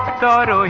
da da